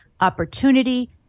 opportunity